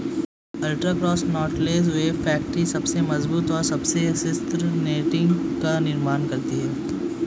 ultra cross knotless web factory सबसे मजबूत और सबसे स्थिर नेटिंग का निर्माण करती है